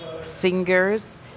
singers